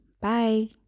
Bye